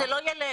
זה לא ילך.